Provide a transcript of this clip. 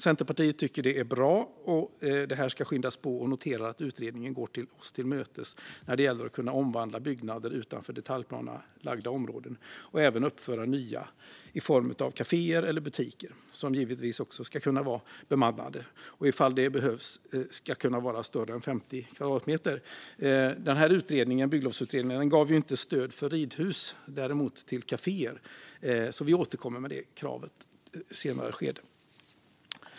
Centerpartiet tycker att det är bra att det här skyndas på och noterar att utredningen har gått oss till mötes när det gäller att kunna omvandla byggnader utanför detaljplanelagda områden och även uppföra nya i form av kaféer eller butiker, som givetvis också ska kunna vara bemannade och, om det behövs, större än 50 kvadratmeter. Bygglovsutredningen gav inte stöd för ridhus, däremot till kaféer, så det kravet återkommer vi med i ett senare skede.